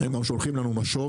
הם גם שולחים אלינו משוב,